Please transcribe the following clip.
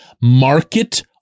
market